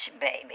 baby